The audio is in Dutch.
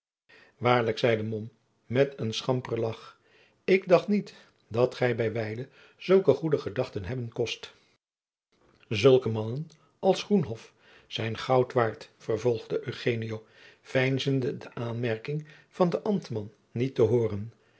waarlijk zeide mom met een schamperen lagch ik dacht niet dat gij bij wijlen zulke goede gedachten hebben kost zulke mannen als groenhof zijn goud waard vervolgde eugenio veinzende de aanmerking van den ambtman niet te hooren